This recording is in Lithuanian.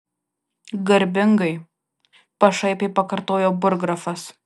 garbingai pašaipiai pakartojo burggrafas